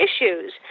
issues